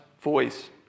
Voice